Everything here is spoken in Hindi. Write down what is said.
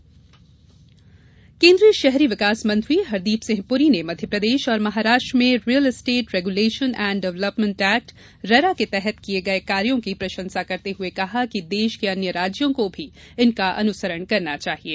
रेरा कार्यशाला केन्द्रीय शहरी विकास मंत्री हरदीप सिंह पुरी ने मध्यप्रदेश और महाराष्ट्र में real estate regulation and development act RERA के तहत किए गए कार्यो की प्रशंसा करते हुए कहा कि देश के अन्य राज्यों को भी इनका अनुसरण करना चाहिये